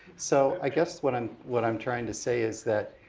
so i guess what i'm what i'm trying to say is that,